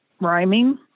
rhyming